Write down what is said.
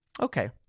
Okay